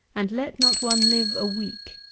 and let not one live a week.